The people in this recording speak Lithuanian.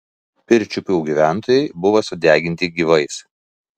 pirčiupių gyventojai buvo sudeginti gyvais